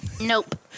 Nope